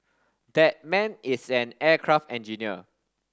that man is an aircraft engineer